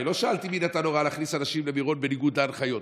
הרי לא שאלתי מי נתן הוראה להכניס אנשים למירון בניגוד להנחיות,